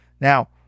Now